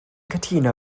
cytuno